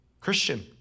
Christian